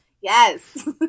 Yes